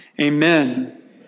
Amen